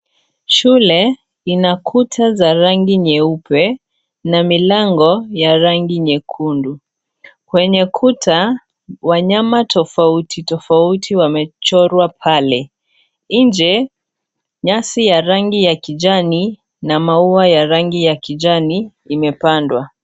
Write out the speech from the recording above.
Shule ina kuta za rangi nyeupe na milango ya rangi nyekundu. Kwenye kuta, wanyama tofauti tofauti wamechorwa pale. Nje, nyasi ya rangi ya kijani na maua ya rangi ya kijani imepandwa.